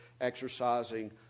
exercising